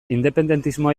independentismoa